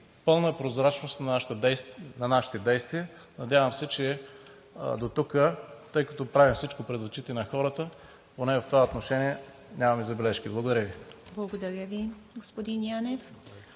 пълна прозрачност на нашите действия. Надявам се, че дотук, тъй като правим всичко пред очите на хората, поне в това отношение нямате забележки. Благодаря Ви. ПРЕДСЕДАТЕЛ ИВА МИТЕВА: Благодаря Ви, господин Янев.